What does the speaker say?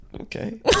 Okay